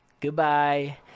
Goodbye